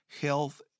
health